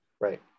Right